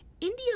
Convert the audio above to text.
India